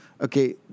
okay